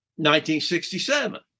1967